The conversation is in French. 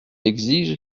exige